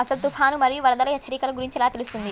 అసలు తుఫాను మరియు వరదల హెచ్చరికల గురించి ఎలా తెలుస్తుంది?